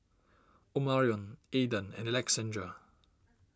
Omarion Aedan and Alexandria